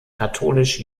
katholisch